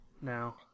now